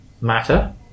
matter